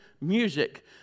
music